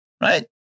right